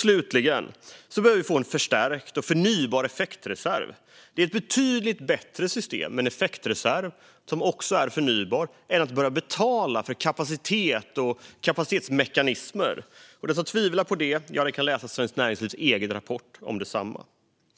Slutligen behöver vi få en förstärkt och förnybar effektreserv. Det är betydligt bättre att ha ett system med en effektreserv som också är förnybar än att börja betala för kapacitet och kapacitetsmekanismer. Den som tvivlar på det kan läsa Svenskt Näringslivs egen rapport om just kapacitetsmekanismer.